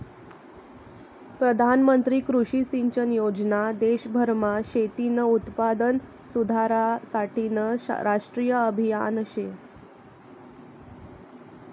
प्रधानमंत्री कृषी सिंचन योजना देशभरमा शेतीनं उत्पादन सुधारासाठेनं राष्ट्रीय आभियान शे